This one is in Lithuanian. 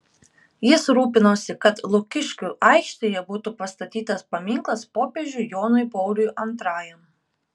jis rūpinosi kad lukiškių aikštėje būtų pastatytas paminklas popiežiui jonui pauliui antrajam